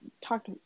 talked